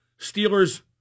Steelers